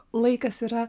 laikas yra